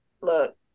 look